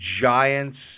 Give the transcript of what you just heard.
giants